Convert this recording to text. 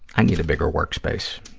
i need a bigger work space.